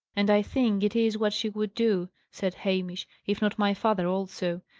and i think it is what she would do, said hamish if not my father also.